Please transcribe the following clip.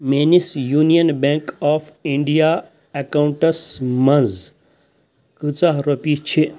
میٛٲنِس union bank of India accounts منٛز کۭژاہ رۄپیہِ چھِ